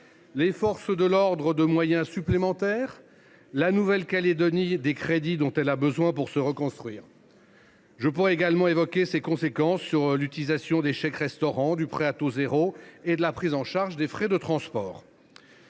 les forces de l’ordre de moyens supplémentaires, la Nouvelle Calédonie des crédits dont elle a besoin pour se reconstruire. Je pourrais également évoquer les conséquences de cette motion sur le chèque restaurant, le prêt à taux zéro et la prise en charge des frais de transport